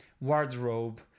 wardrobe